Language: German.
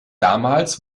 damals